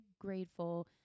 grateful